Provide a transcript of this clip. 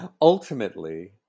ultimately